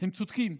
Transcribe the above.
אתם צודקים.